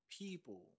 people